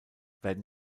werden